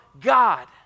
God